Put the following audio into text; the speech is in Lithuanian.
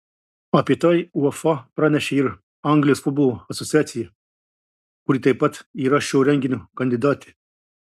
apie tai uefa pranešė ir anglijos futbolo asociacija kuri taip pat yra šio renginio kandidatė